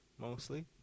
mostly